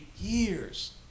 years